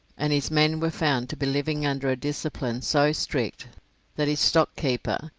and his men were found to be living under a discipline so strict that his stock-keeper,